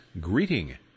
Greeting